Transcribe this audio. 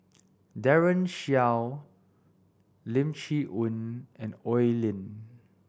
Daren Shiau Lim Chee Onn and Oi Lin